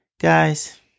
Guys